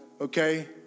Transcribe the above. Okay